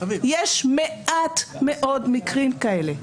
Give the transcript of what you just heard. יש מעט מאוד מקרים כאלה.